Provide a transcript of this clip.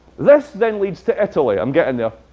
this then leads to italy. i'm getting there.